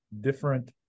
different